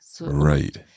Right